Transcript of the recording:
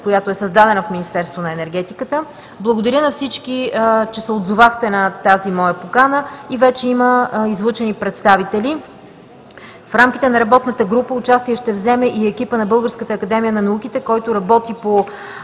която е създадена в Министерството на енергетиката. Благодаря на всички, че се отзовахте на тази моя покана и вече има излъчени представители. В рамките на работната група участие ще вземе и екипът на Българската академия на науките, който работи по